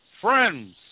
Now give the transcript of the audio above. friends